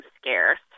Scarce